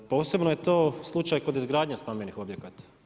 Posebno je to slučaj kod izgradnje stambenih objekata.